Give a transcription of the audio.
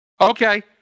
Okay